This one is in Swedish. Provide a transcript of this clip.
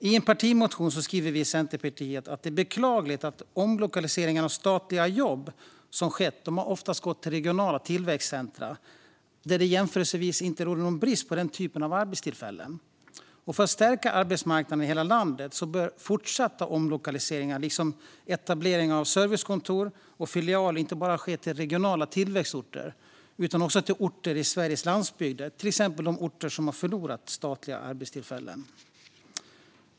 I en partimotion skriver vi i Centerpartiet att det är beklagligt att de omlokaliseringar av statliga jobb som skett ofta har gått till regionala tillväxtcentra där det jämförelsevis inte råder någon brist på den typen av arbetstillfällen. För att stärka arbetsmarknaden i hela landet bör fortsatta omlokaliseringar, liksom etableringar av servicekontor och filialer, inte bara ske till regionala tillväxtorter utan också till orter i Sveriges landsbygder, till exempel de orter som har förlorat statliga arbetstillfällen.